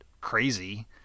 crazy